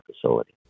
facility